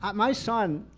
but my son,